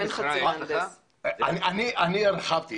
אני הרחבתי.